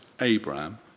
Abraham